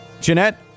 Jeanette